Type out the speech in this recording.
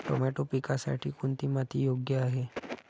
Tomato पिकासाठी कोणती माती योग्य आहे?